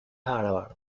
harvard